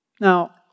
Now